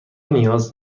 نیاز